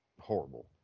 horrible